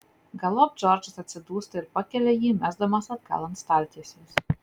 galop džordžas atsidūsta ir pakelia jį mesdamas atgal ant staltiesės